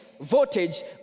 voltage